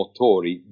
motori